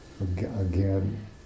again